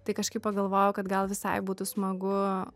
tai kažkaip pagalvojau kad gal visai būtų smagu